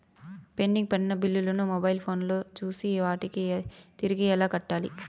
pending పడిన బిల్లులు ను మొబైల్ ఫోను లో చూసి వాటిని తిరిగి ఎలా కట్టాలి